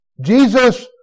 Jesus